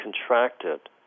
contracted